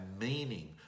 meaning